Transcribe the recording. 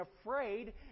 afraid